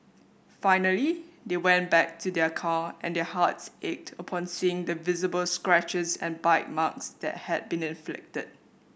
finally they went back to their car and their hearts ached upon seeing the visible scratches and bite marks that had been inflicted